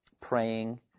praying